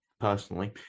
personally